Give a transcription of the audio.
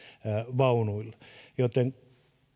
vaunuilla joten